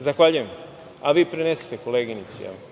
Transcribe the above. Zahvaljujem, a vi prenesite koleginici